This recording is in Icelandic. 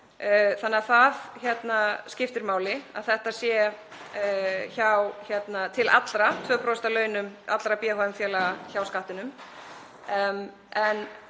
Þannig að það skiptir máli að þetta sé til allra, 2% af launum allra BHM-félaga hjá Skattinum.